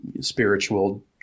spiritual